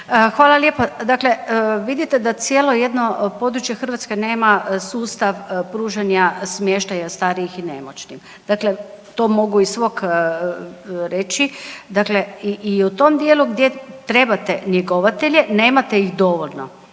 Hvala lijepa. Dakle, vidite da cijelo jedno područje Hrvatske nema sustav pružanja smještaja starijih i nemoćnih. Dakle, to mogu iz svog reći, dakle i u tom dijelu gdje trebate njegovatelje nemate ih dovoljno